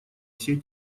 всей